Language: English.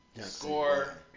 Score